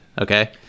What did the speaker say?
okay